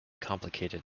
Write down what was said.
complicated